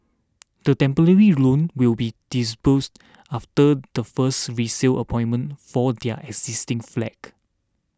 the temporary loan will be disbursed after the first resale appointment for their existing flag